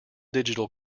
digital